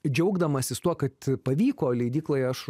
džiaugdamasis tuo kad pavyko leidyklai aš